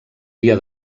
dia